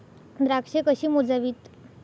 द्राक्षे कशी मोजावीत?